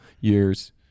years